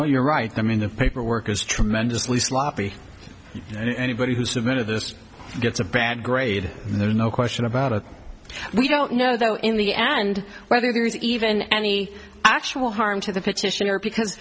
well you're right i mean the paperwork is tremendously sloppy and anybody who submitted this gets a bad grade there's no question about it we don't know though in the end whether there is even any actual harm to the fishing or because